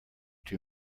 too